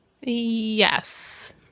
Yes